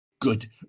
good